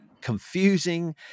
confusing